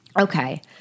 Okay